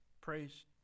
Praise